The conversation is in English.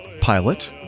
pilot